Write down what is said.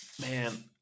man